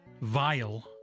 Vile